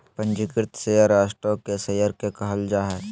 पंजीकृत share stock के share के कहल जा हइ